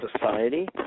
society